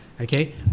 Okay